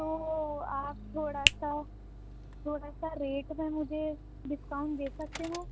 تو آپ تھوڑا سا تھوڑا سا ریٹ میں مجھے ڈسکاؤنٹ دے سکتے ہیں